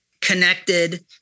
connected